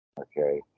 Okay